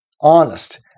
honest